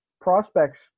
prospects